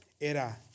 era